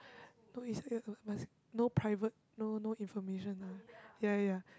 no it's weird must no private no no information ah ya ya